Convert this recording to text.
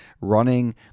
running